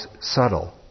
subtle